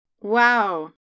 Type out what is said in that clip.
Wow